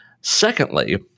Secondly